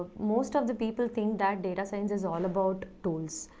most of the people think that data science is all about tools,